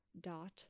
dot